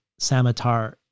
Samatar